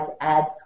abs